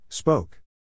Spoke